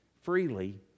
freely